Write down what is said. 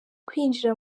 kwinjira